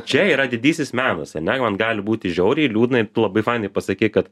čia yra didysis menas ane man gali būti žiauriai liūdnai ir tu labai fainai pasakei kad